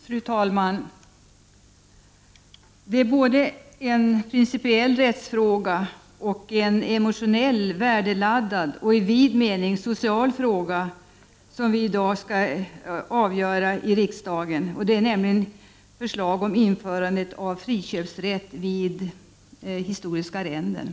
Fru talman! Det är både en principiell rättsfråga och en emotionell, värdeladdad och i vid mening social fråga som vi i dag skall avgöra i riksdagen, nämligen förslag om införandet av förköpsrätt vid historiska arrenden.